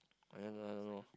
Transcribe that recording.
I don't know I don't know